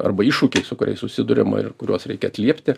arba iššūkiai su kuriais susiduriama ir kuriuos reikia atliepti